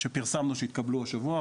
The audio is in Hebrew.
שפרסמנו ושהתקבלו השבוע,